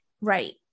right